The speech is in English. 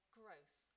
growth